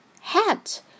hat